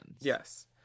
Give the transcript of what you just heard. Yes